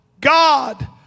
God